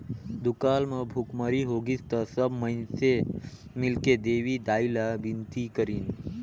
दुकाल म भुखमरी होगिस त सब माइनसे मिलके देवी दाई ला बिनती करिन